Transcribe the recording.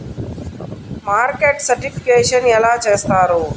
Market certification ఎలా చేస్తారు?